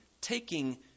taking